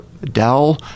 dell